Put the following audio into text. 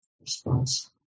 response